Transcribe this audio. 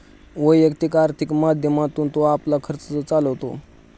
वैयक्तिक आर्थिक माध्यमातून तो आपला खर्च चालवतो